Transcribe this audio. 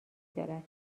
دارد